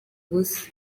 ubusa